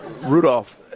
Rudolph